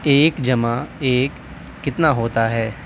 ایک جمع ایک کتنا ہوتا ہے